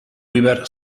weber